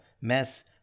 mess